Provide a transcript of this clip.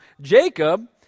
Jacob